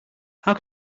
how